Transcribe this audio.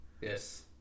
Yes